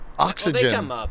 Oxygen